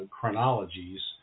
chronologies